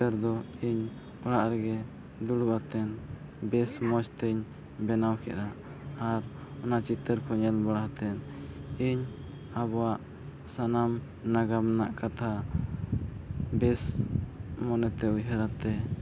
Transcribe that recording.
ᱪᱤᱛᱟᱹᱨ ᱫᱚ ᱤᱧ ᱚᱲᱟᱜ ᱨᱮᱜᱮ ᱫᱩᱲᱩᱵ ᱠᱟᱛᱮᱫ ᱵᱮᱥ ᱢᱚᱡᱽᱛᱮᱧ ᱵᱮᱱᱟᱣ ᱠᱮᱫᱟ ᱟᱨ ᱚᱱᱟ ᱪᱤᱛᱟᱹᱨ ᱠᱚ ᱧᱮᱞ ᱵᱟᱲᱟ ᱠᱟᱛᱮᱫ ᱤᱧ ᱟᱵᱚᱣᱟᱜ ᱥᱟᱱᱟᱢ ᱱᱟᱜᱟᱢ ᱨᱮᱱᱟᱜ ᱠᱟᱛᱷᱟ ᱵᱮᱥ ᱢᱚᱱᱮᱛᱮ ᱩᱭᱦᱟᱹᱨ ᱠᱟᱛᱮᱫ